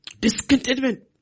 Discontentment